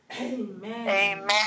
Amen